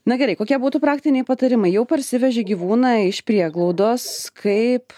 na gerai kokie būtų praktiniai patarimai jau parsiveži gyvūną iš prieglaudos kaip